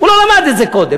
הוא לא למד את זה קודם.